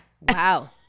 Wow